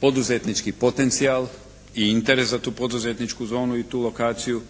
poduzetnički potencijal i interes za tu poduzetničku zonu i tu lokaciju,